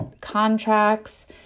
contracts